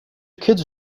kids